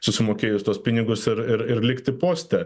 susimokėjus tuos pinigus ir ir ir likti poste